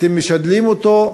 אתם משדלים אותו?